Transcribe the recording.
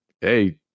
hey